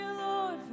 Lord